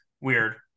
Weird